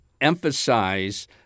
emphasize